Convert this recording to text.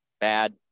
bad